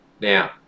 Now